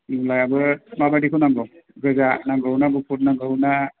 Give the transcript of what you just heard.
मुलायाबो माबादिखौ नांगौ गोजा नांगौना गुफुर नांगौना